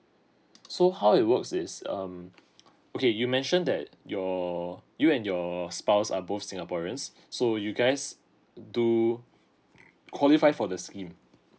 so how it works is um okay you mentioned that your you and your spouse are both singaporeans so you guys do qualify for the scheme